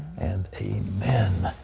and amen.